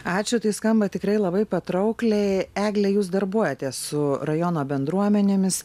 ačiū tai skamba tikrai labai patraukliai egle jūs darbuojatės su rajono bendruomenėmis